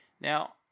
Now